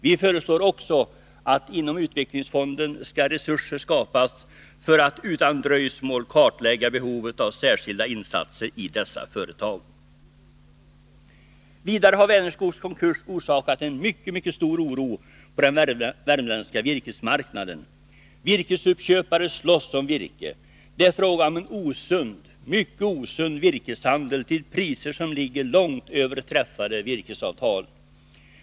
Vi föreslår också att inom utvecklingsfonden skall resurser skapas för att utan dröjsmål kartlägga behovet av särskilda insatser i dessa företag. Vidare har Vänerskogs konkurs orsakat en mycket stor oro på den värmländska virkesmarknaden. Virkesuppköpare slåss om virke. Det är fråga om en mycket osund virkeshandel till priser som ligger långt över träffade virkesavtal.